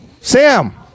Sam